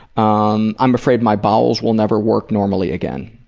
um i'm afraid my bowels will never work normally again.